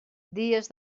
dies